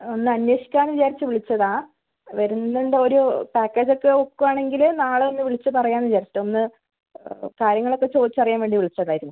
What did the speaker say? ഒന്ന് അന്വേഷിക്കാന്ന് വിചാരിച്ച് വിളിച്ചതാ വരുന്നുണ്ട് ഒരു പാക്കേജ് ഒക്കെ ഒക്കുവാണെങ്കിൽ നാളെ ഒന്ന് വിളിച്ച് പറയാന്ന് വിചാരിച്ചിട്ട് ഒന്ന് കാര്യങ്ങൾ ഒക്കെ ചോദിച്ച് അറിയാൻ വേണ്ടി വിളിച്ചതായിരുന്നു